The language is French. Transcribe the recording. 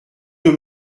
deux